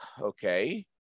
okay